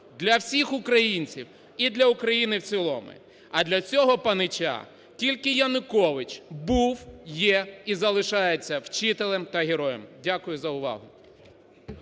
для всіх українців і для всієї України. А для цього панича тільки Янукович був, є і залишається вчителем та героєм. Дякую за увагу.